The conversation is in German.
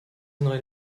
neue